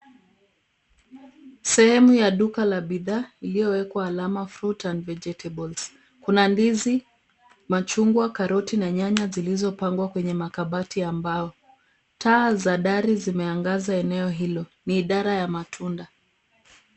Sehemu ya duka la bidhaa iliyowekwa alama fruit and vegetables. Kuna ndizi, machungwa, karoti na nyanya zilizopangwa kwenye makabati ya mbao. Taa za dari zimeangaza eneo hilo. Ni idara ya matunda.